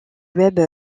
web